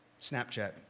Snapchat